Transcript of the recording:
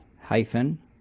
hyphen